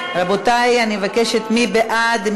רבותי, אני מבקשת, מי בעד?